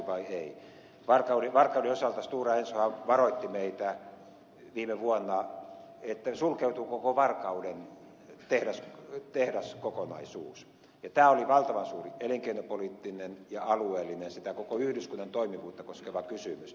varkauden osalta stora ensohan varoitti meitä viime vuonna että koko varkauden tehdaskokonaisuus sulkeutuu ja tämä oli valtavan suuri elinkeinopoliittinen ja alueellinen koko yhdyskunnan toimivuutta koskeva kysymys